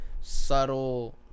subtle